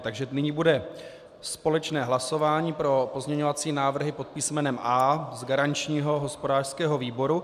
Takže nyní bude společné hlasování pro pozměňovací návrhy pod písmenem A z garančního hospodářského výboru.